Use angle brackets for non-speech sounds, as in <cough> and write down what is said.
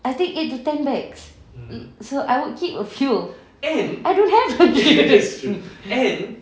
I think eight to ten bags so I would keep a few I don't have L_V <laughs>